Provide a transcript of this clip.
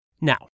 Now